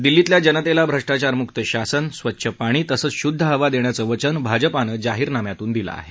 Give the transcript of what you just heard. दिल्लीतल्या जनतेला भ्रष्ट्राचारमुक्त शासन स्वच्छ पाणी तसंच शुद्ध हवा देण्याचं वचन भाजपानं जाहीरनाम्यातून दिलं आहे